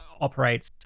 operates